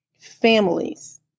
families